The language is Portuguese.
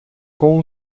com